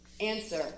Answer